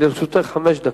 לרשותך חמש דקות.